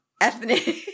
ethnic